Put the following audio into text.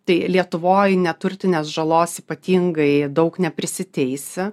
tai lietuvoj neturtinės žalos ypatingai daug neprisiteisi